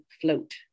float